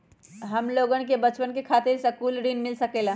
हमलोगन के बचवन खातीर सकलू ऋण मिल सकेला?